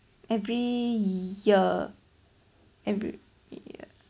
every year every year